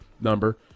number